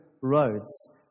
roads